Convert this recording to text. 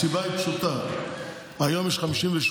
הסיבה היא פשוטה: היום יש 58,